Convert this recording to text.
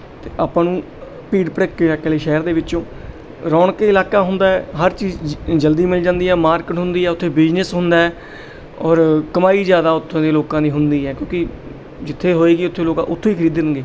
ਅਤੇ ਆਪਾਂ ਨੂੰ ਭੀੜ ਭੜੱਕੇ ਇਲਾਕੇ ਵਾਲੇ ਸ਼ਹਿਰ ਦੇ ਵਿੱਚੋਂ ਰੌਣਕੀ ਇਲਾਕਾ ਹੁੰਦਾ ਹੈ ਹਰ ਚੀਜ਼ ਜਲਦੀ ਮਿਲ ਜਾਂਦੀ ਹੈ ਮਾਰਕੀਟ ਹੁੰਦੀ ਹੈ ਉੱਥੇ ਬਿਜ਼ਨਸ ਹੁੰਦਾ ਹੈ ਔਰ ਕਮਾਈ ਜ਼ਿਆਦਾ ਉੱਥੋਂ ਦੇ ਲੋਕਾਂ ਦੀ ਹੁੰਦੀ ਹੈ ਕਿਉਂਕਿ ਜਿੱਥੇ ਹੋਵੇਗੀ ਉੱਥੇ ਲੋਕ ਉੱਥੋਂ ਹੀ ਖਰੀਦਣਗੇ